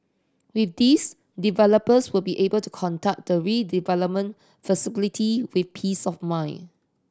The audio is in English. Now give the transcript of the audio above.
with this developers will be able to conduct the redevelopment feasibility with peace of mind